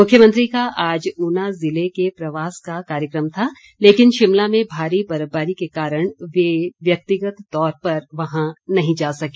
मुख्यमंत्री का आज ऊना जिले के प्रवास का कार्यक्रम था लेकिन शिमला में भारी बर्फबारी के कारण वह व्यक्तिगत तौर पर वहां नहीं जा सके